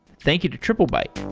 thank you to triplebyte